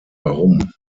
warum